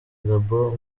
gabon